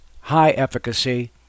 high-efficacy